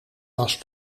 was